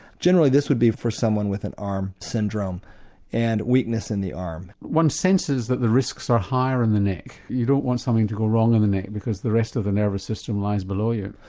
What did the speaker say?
generally this would be for someone with an arm syndrome and weakness in the arm. one senses that the risks are higher in the neck, you don't want something to go wrong in the neck because the rest of the nervous system lies below it.